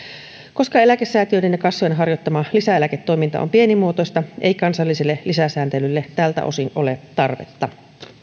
koska eläkesäätiöiden ja kassojen harjoittama lisäeläketoiminta on pienimuotoista ei kansalliselle lisäsääntelylle tältä osin ole tarvetta